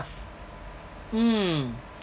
mm